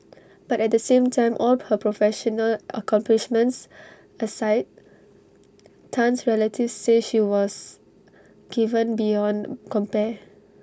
but at the same time all her professional accomplishments aside Tan's relatives say she was giving beyond compare